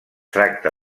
tracta